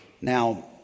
Now